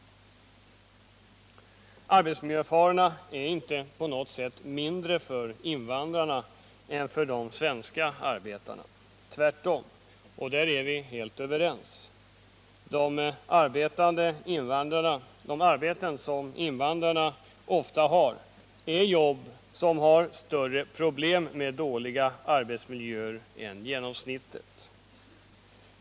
Arbetsmiljöfarorna är inte på något sätt mindre för invandrarna än för de svenska arbetarna — tvärtom, och det är vi helt överens om. De arbeten som invandrarna har är sådana som har större problem med dåliga arbetsmiljöer än genomsnittet.